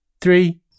three